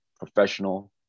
professional